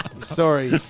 Sorry